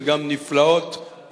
וגם נפלאות,